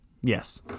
Yes